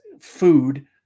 food